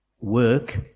work